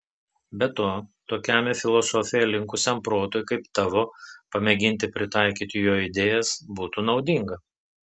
be to tokiam į filosofiją linkusiam protui kaip tavo pamėginti pritaikyti jo idėjas būtų naudinga